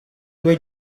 due